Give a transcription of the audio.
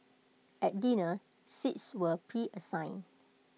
at dinner seats were preassigned